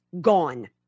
gone